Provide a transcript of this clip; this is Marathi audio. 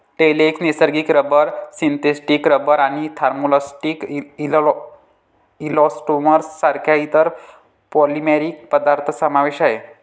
लेटेक्स, नैसर्गिक रबर, सिंथेटिक रबर आणि थर्मोप्लास्टिक इलास्टोमर्स सारख्या इतर पॉलिमरिक पदार्थ समावेश आहे